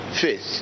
faith